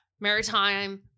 maritime